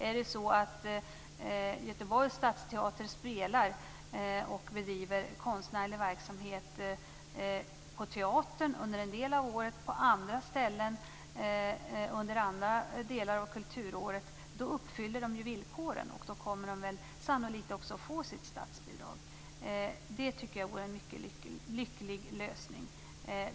Om Göteborgs Stadsteater spelar och bedriver konstnärlig verksamhet på teatern under en del av kulturåret och på andra ställen under andra delar av kulturåret, uppfyller man villkoren. Sannolikt får man då sitt statsbidrag. Det tycker jag vore en mycket lycklig lösning.